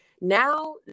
now